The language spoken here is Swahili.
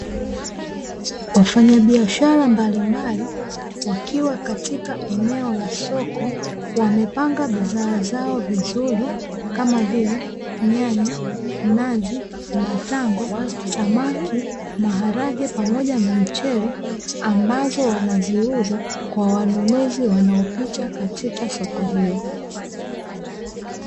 Wafanya biashara mbalimbali, wakiwa katika eneo la soko, wamepanga bidhaa zao vizuri kama vile nyanya, nazi, matango, samaki, maharage pamoja na mchele ambazo wanaziuza kwa wanunuzi wanaopita katika soko hilo.